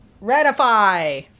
Ratify